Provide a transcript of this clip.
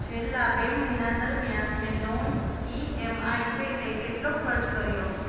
છેલ્લા બે મહિના દરમિયાન મેં લોન ઈ એમ આઈ પેટે કેટલો ખર્ચ કર્યો